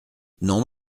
non